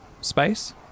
space